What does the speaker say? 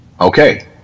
Okay